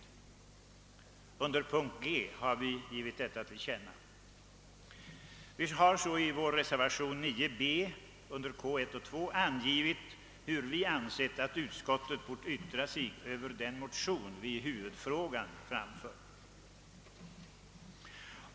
I reservation 6 a avseende utskottets hemställan under G har vi gett denna uppfattning till känna. Vi har i vår reservation 9 b i vad avser utskottets hemställan under K I och II angivit hur vi ansett att utskottet bort yttra sig över den motion vi framlagt i huvudfrågan.